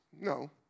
No